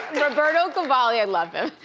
roberto cavalli, i love him,